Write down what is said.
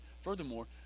furthermore